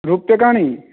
रूप्यकाणि